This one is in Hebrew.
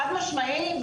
חד-משמעית.